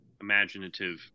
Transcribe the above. imaginative